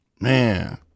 Man